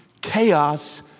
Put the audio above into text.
chaos